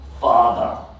father